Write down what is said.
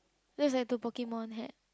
that is like a Pokemon hat